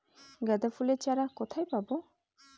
গাঁদা ফুলের চারা কোথায় পাবো?